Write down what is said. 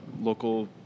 local